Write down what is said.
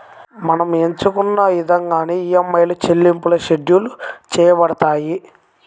మనం ఎంచుకున్న ఇదంగానే ఈఎంఐల చెల్లింపులు షెడ్యూల్ చేయబడతాయి